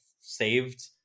saved